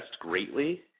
greatly